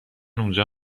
اونجا